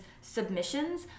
submissions